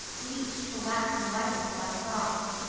bleached to waxen whiteness by frost.